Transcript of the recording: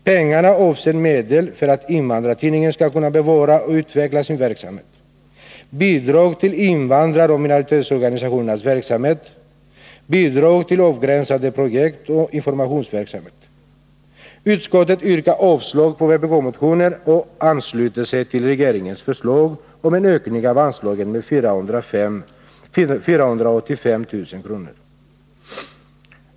Pengarna avser medel för att Invandrartidningen skall kunna bevara och utveckla sin verksamhet, bidrag till invandraroch minoritetsorganisationernas verksamhet samt bidrag till avgränsade projekt och informationsverksamhet. Utskottet yrkar avslag på vpkmotionen och ansluter sig till regeringens förslag om en ökning av anslaget med 485 000 kr.